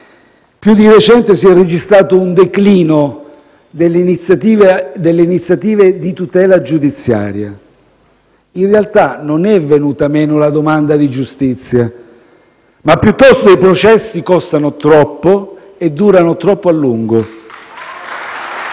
Di recente si è registrato un declino delle iniziative di tutela giudiziaria. In realtà, non è venuta meno la domanda di giustizia, quanto - piuttosto - i processi costano troppo e durano troppo a lungo.